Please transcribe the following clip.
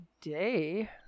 today